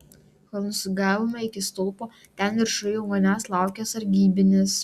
kol nusigavome iki stulpo ten viršuj jau manęs laukė sargybinis